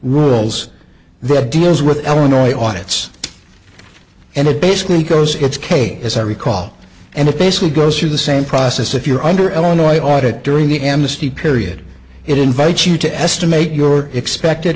rules that deals with eleanor a on its and it basically goes it's k as i recall and a face will go through the same process if you're under illinois audit during the amnesty period it invites you to estimate your expected